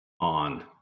on